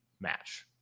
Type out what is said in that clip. match